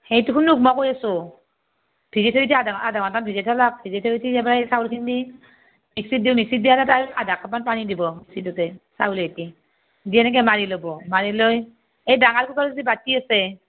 সেইটো শুনক মই কৈ আছোঁ ভিজেই থৈ দি আধা আধা ঘণ্টামান ভিজে থলাক ভিজেই থৈ উঠি তাৰপৰা চাউলখিনি মিক্সিত দিওঁ মিক্সিত দিয়াৰ এটা আধাকাপমান পানী দিব চাউলে সৈতে দি এনেকৈ মাৰি ল'ব মাৰি লৈ লৈ এই ডাঙৰ কুকাৰৰ যে বাতি আছে